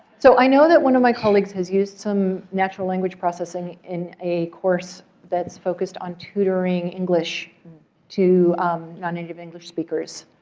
so i know that one of my colleagues has used some natural language processing in a course that is focused on tutoring english to non-native english speakers.